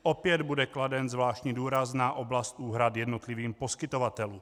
Opět bude kladen zvláštní důraz na oblast úhrad jednotlivým poskytovatelům.